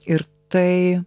ir tai